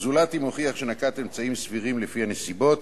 זולת אם הוכיח שנקט אמצעים סבירים לפי הנסיבות